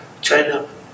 China